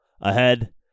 ahead